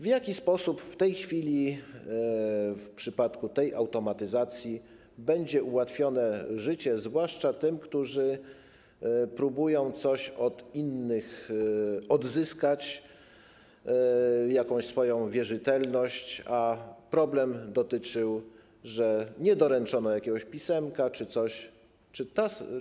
W jaki sposób w tej chwili w przypadku tej automatyzacji będzie ułatwione życie zwłaszcza tym, którzy próbują coś od innych odzyskać, jakąś swoją wierzytelność, a ich problem dotyczył tego, że nie doręczono jakiegoś pisemka czy czegoś podobnego?